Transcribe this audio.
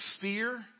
fear